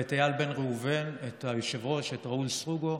את איל בן-ראובן ואת היושב-ראש ראול סרוגו,